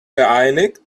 vereinigt